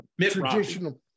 traditional